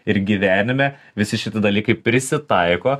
ir gyvenime visi šiti dalykai prisitaiko